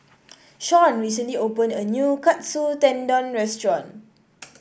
Sean recently open a new Katsu Tendon Restaurant